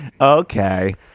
Okay